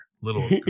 Little